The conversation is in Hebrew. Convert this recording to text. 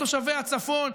לתושבי הצפון,